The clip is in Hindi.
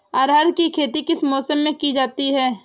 अरहर की खेती किस मौसम में की जाती है?